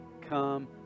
come